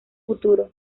futuro